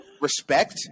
respect